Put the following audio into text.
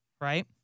right